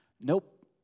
nope